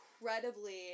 incredibly